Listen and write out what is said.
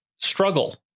struggle